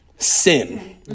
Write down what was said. sin